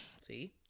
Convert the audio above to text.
See